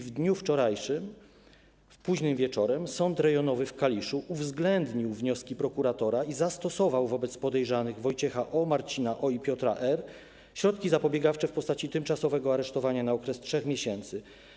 W dniu wczorajszym późnym wieczorem Sąd Rejonowy w Kaliszu uwzględnił wnioski prokuratora i zastosował wobec podejrzanych Wojciecha O., Marcina O. i Piotra R. środki zapobiegawcze w postaci tymczasowego aresztowania na okres 3 miesięcy.